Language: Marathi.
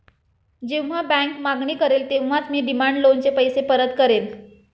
जेव्हा बँक मागणी करेल तेव्हाच मी डिमांड लोनचे पैसे परत करेन